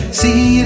see